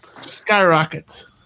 skyrockets